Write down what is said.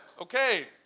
Okay